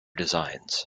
designs